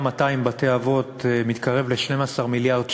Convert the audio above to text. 200 בתי-אבות מתקרב ל-12 מיליארד שקל,